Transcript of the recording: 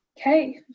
Okay